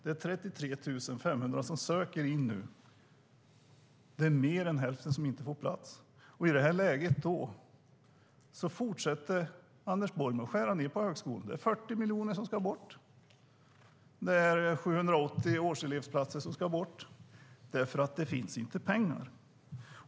Det är 33 500 som söker in, men mer än hälften får inte plats. I detta läge fortsätter Anders Borg skära ned på högskolan. Det är 40 miljoner som ska bort. Det är 780 årselevsplatser som ska bort. Det är för att det inte finns pengar.